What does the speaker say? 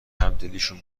همدلیشون